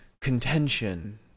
contention